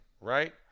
right